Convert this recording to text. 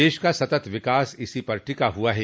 दश का सत्त विकास इसी पर टिका हुआ है